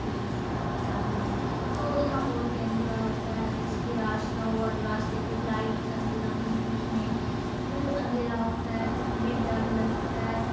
سے جاتے ہیں تو یہاں بہت ہی اندھیرا ہوتا ہے جیسے کہ راستہ ہوا تو راستے پہ لائٹ کا انتظام نہیں کچھ نہیں تو اندھیرا ہوتا ہے تو ہمیں ڈر لگتا ہے